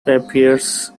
appears